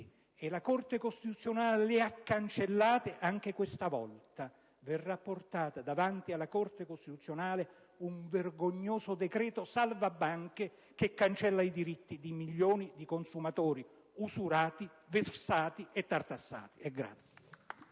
e la Corte costituzionale le ha cancellate, anche questa volta verrà portato davanti alla Corte costituzionale un vergognoso decreto salvabanche che cancella i diritti di milioni di consumatori «usurati», vessati e tartassati.